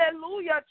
hallelujah